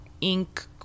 ink